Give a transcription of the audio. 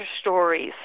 stories